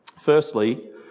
Firstly